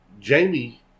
Jamie